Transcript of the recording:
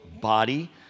body